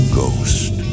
ghost